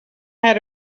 had